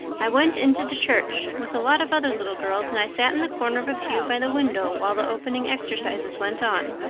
i went into the church, with a lot of other little girls, and i sat in the corner of a pew by the window while the opening exercises went on.